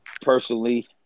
Personally